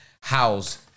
house